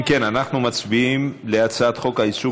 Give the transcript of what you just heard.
אם כן, אנחנו מצביעים על הצעת חוק העיסוק